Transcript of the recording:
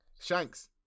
Shanks